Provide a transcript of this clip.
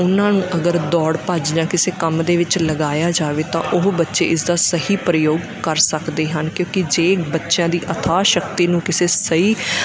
ਉਹਨਾਂ ਨੂੰ ਅਗਰ ਦੌੜ ਭੱਜ ਜਾਂ ਕਿਸੇ ਕੰਮ ਦੇ ਵਿੱਚ ਲਗਾਇਆ ਜਾਵੇ ਤਾਂ ਉਹ ਬੱਚੇ ਇਸ ਦਾ ਸਹੀ ਪ੍ਰਯੋਗ ਕਰ ਸਕਦੇ ਹਨ ਕਿਉਂਕਿ ਜੇ ਬੱਚਿਆਂ ਦੀ ਅਥਾਹ ਸ਼ਕਤੀ ਨੂੰ ਕਿਸੇ ਸਹੀ